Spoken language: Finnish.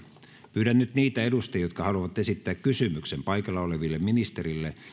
pyydän nyt niitä edustajia jotka haluavat esittää kysymyksen paikalla oleville ministereille